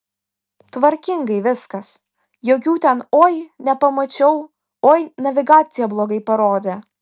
tvarkingai viskas jokių ten oi nepamačiau oi navigacija blogai parodė